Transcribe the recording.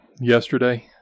yesterday